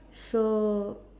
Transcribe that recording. so